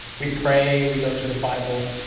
we pray, we go through the bible,